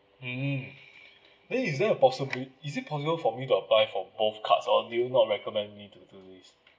mm then is there a possibi~ is it possible for me to apply for both cards or do you not recommend me to do this